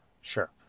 Sure